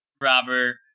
Robert